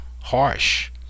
harsh